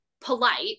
polite